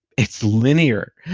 it's linear,